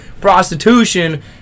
prostitution